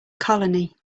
colony